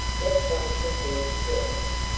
let's wait for her to join us,